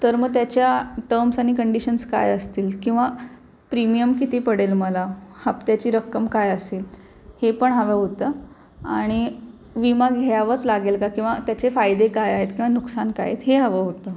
तर मग त्याच्या टम्स आणि कंडिशन्स काय असतील किंवा प्रीमियम किती पडेल मला हप्त्याची रक्कम काय असेल हे पण हवं होतं आणि विमा घ्यावाच लागेल का किंवा त्याचे फायदे काय आहेत किंवा नुकसान काय आहेत हे हवं होतं